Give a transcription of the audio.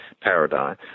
paradigm